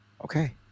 Okay